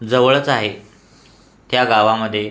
जवळच आहे त्या गावामदे